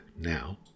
now